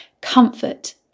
Comfort